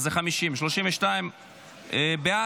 אז זה 50. אז 32 בעד,